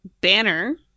Banner